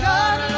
God